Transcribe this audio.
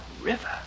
river